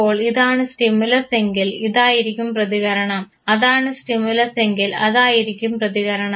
അപ്പോൾ ഇതാണ് സ്റ്റിമുലസ് എങ്കിൽ ഇതായിരിക്കും പ്രതികരണം അതാണ് സ്റ്റിമുലസ് എങ്കിൽ അതായിരിക്കും പ്രതികരണം